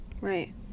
Right